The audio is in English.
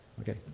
Okay